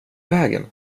vägen